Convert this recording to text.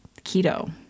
keto